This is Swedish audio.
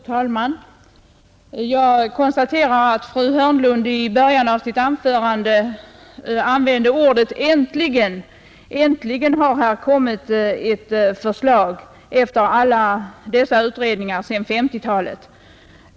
Fru talman! Jag konstaterar att fru Hörnlund i början av sitt anförande använde ordet ”äntligen” — äntligen har det efter alla dessa utredningar sedan 1950-talet kommit ett förslag.